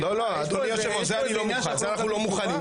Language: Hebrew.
זה אנחנו לא מוכנים,